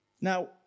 Now